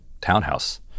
townhouse